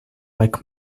like